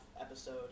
episode